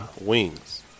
wings